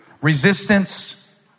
Resistance